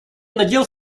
надел